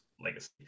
legacy